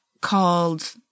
called